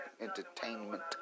entertainment